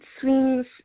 swings